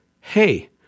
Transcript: hey